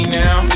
now